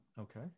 Okay